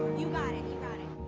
you got it! you got it!